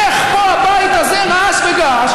איך פה הבית הזה רעש וגעש.